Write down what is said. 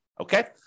Okay